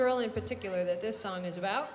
girl in particular that this song is about